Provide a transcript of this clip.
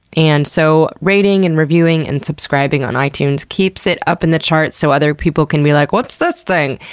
and so rating, and reviewing, and subscribing on itunes keeps it up in the charts so other people can be like, what's this thing?